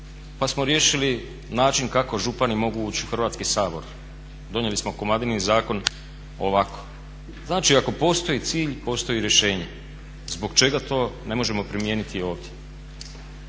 pa smo riješili način kako župani mogu ući u Hrvatski sabor. Donijeli smo Komadinin zakon ovako. Znači, ako postoji cilj postoji i rješenje. Zbog čega to ne možemo primijeniti i ovdje?